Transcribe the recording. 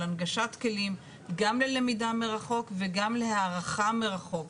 על הנגשת כלים גם ללמידה מרחוק וגם להערכה מרחוק,